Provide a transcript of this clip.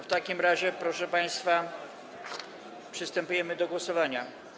W takim razie, proszę państwa, przystępujemy do głosowania.